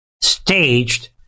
staged